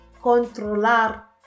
controlar